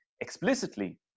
explicitly